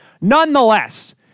Nonetheless